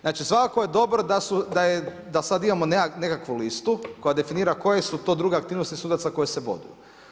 Znači, svakako je dobro da sad imamo nekakvu listu koja definira koje su to druge aktivnosti sudaca koje se boduju.